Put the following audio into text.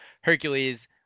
Hercules